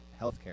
healthcare